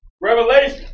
Revelation